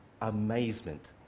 amazement